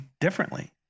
differently